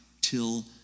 till